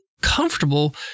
comfortable